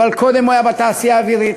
אבל קודם הוא היה בתעשייה האווירית.